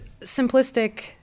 simplistic